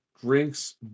drinks